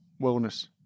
wellness